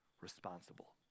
Responsible